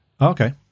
Okay